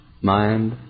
mind